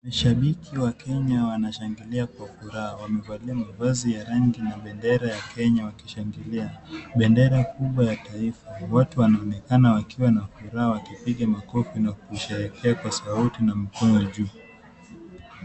Mashabiki wa Kenya wanashangilia kwa furaha. Wamevalia mavazi yaliyo na rangi ya bendera ya Kenya wakishangilia. Bendera kubwa ya kitaifa. Watu wanaonekana wakiwa na furaha wakipiga makofi na kusherekea kwa sauti na mkono juu.